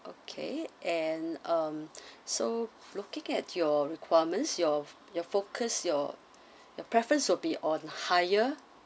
okay and um so looking at your requirements your your focus your your preference will be on higher